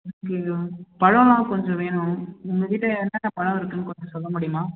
அப்படியா பழம்லாம் கொஞ்சம் வேணும் உங்கள்கிட்ட என்னான்னா பழம் இருக்குன்னு கொஞ்சம் சொல்ல முடியுமா